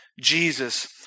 Jesus